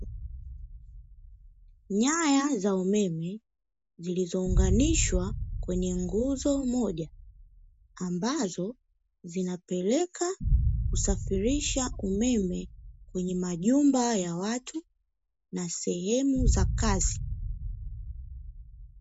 Nyaya za umeme zilizounganishwa kwenye nguzo moja ambazo zinapeleka, kusafirisha umeme kwenye majumba ya watu na sehemu za kazi.